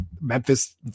Memphis